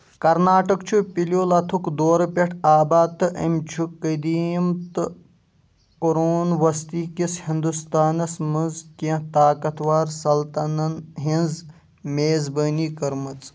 کرناٹک چھُ پیلیولتھُک دورٕ پٮ۪ٹھ آباد تہٕ أمۍ چھُ قٔدیٖم تہٕ قرون وسطی کِس ہندوستانس منٛز کینٛہہ طاقتور سلطنن ہِنٛز میزبٲنی کٔرمٕژ